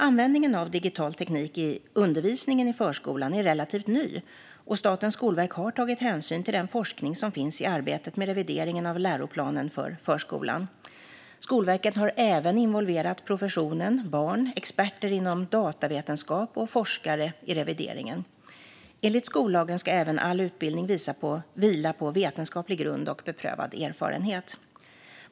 Användningen av digital teknik i undervisningen i förskolan är relativt ny, och Statens skolverk har tagit hänsyn till den forskning som finns i arbetet med revideringen av läroplanen för förskolan. Skolverket har även involverat professionen, barn, experter inom datavetenskap och forskare i revideringen. Enligt skollagen ska även all utbildning vila på vetenskaplig grund och beprövad erfarenhet.